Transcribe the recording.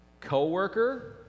Co-worker